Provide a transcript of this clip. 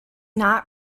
not